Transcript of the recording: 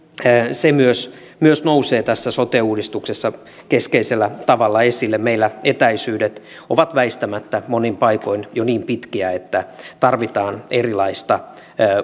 se myös myös nousee tässä sote uudistuksessa keskeisellä tavalla esille meillä etäisyydet ovat väistämättä monin paikoin jo niin pitkiä että tarvitaan erilaista